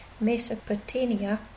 Mesopotamia